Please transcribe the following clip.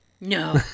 No